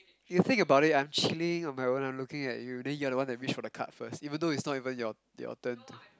you think about it I'm chilling on my own I'm looking at you then you are the one that reach for the card first even though it's not even your your turn